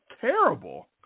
terrible